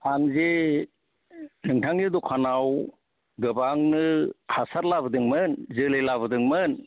आं जे नोंथांनि दखानाव गोबांनो हासार लाबोदोंमोन जोलै लाबोदोंमोन